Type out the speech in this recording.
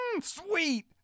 Sweet